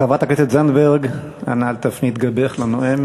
חברת הכנסת זנדברג, אנא אל תפני את גבך לנואם.